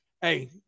Hey